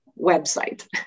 website